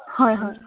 হয় হয়